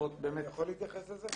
לראות באמת --- אני יכול להתייחס לזה?